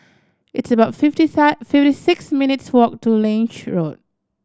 it's about fifty fifty six minutes' walk to Lange Road